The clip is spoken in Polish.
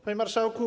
Panie Marszałku!